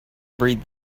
breed